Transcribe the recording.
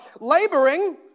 laboring